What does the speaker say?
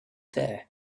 there